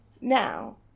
Now